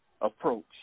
approach